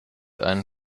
einen